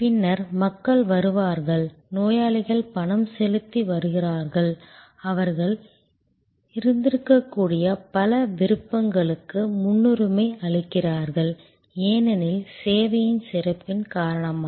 பின்னர் மக்கள் வருவார்கள் நோயாளிகள் பணம் செலுத்தி வருவார்கள் அவர்கள் இருந்திருக்கக்கூடிய பல விருப்பங்களுக்கு முன்னுரிமை அளிக்கிறார்கள் ஏனெனில் சேவையின் சிறப்பின் காரணமாக